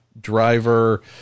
driver